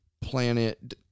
planet